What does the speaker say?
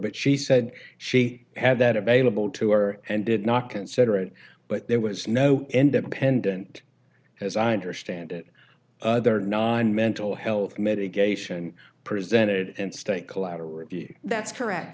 but she said she had that available to her and did not consider it but there was no independent as i understand it other nine mental health mitigation presented and state collateral review that's correct